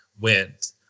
went